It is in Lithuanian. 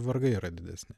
vargai yra didesni